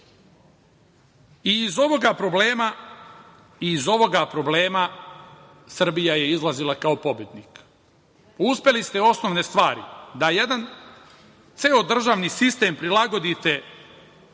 ovog problema Srbija je izlazila kao pobednik. Uspeli ste osnovne stari da jedan ceo državni sistem prilagodite